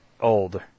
old